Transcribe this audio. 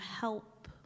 help